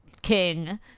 King